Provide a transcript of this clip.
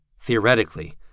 Theoretically